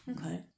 Okay